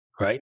right